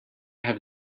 have